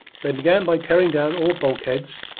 they began by tearing down all bulkheads,